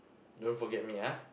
don't forget me ah